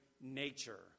nature